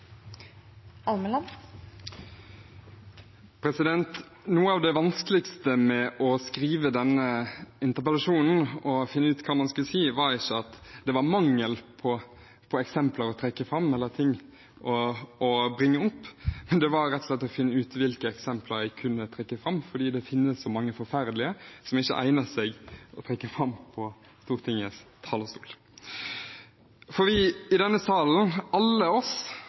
eksempler å trekke fram eller ting å bringe opp, men det var rett og slett å finne ut hvilke eksempler jeg kunne trekke fram, fordi det finnes så mange forferdelige som ikke egner seg å trekke fram på Stortingets talerstol. For alle vi i denne salen må anerkjenne at vi tidligere ikke har gjort nok – det er ingen av oss